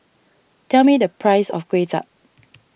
tell me the price of Kuay Chap